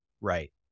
right